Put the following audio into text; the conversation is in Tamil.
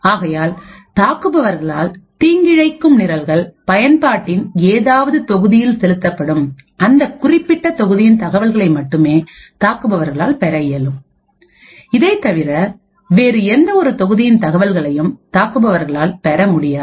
ஆகையால்தாக்குபவர்களால் தீங்கிழைக்கும் நிரல்கள்பயன்பாட்டின் ஏதாவது தொகுதியில் செலுத்தப்படும் அந்த குறிப்பிட்ட தொகுதியின் தகவல்களை மட்டுமே தாக்குபவர்களால் பெற இயலும் இதைத்தவிர வேறு எந்த ஒரு தொகுதியின் தகவல்களையும் தாக்குபவர்களால் பெறமுடியாது